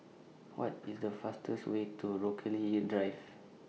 What IS The fastest Way to Rochalie Drive